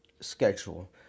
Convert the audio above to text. schedule